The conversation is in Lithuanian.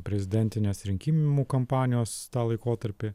prezidentinės rinkimų kampanijos tą laikotarpį